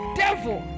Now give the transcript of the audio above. devil